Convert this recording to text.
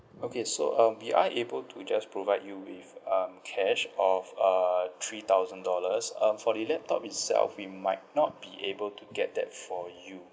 okay so um we are able to just provide you with um cash of uh three thousand dollars um for the laptop itself we might not be able to get that for you